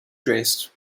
dressed